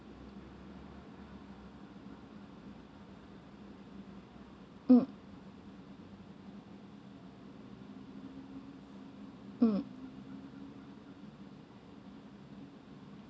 mm mm